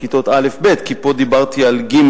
בכיתות א' ב' כי פה דיברתי על ג',